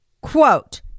quote